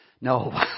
No